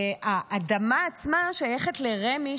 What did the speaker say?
האדמה עצמה שייכת לרמ"י,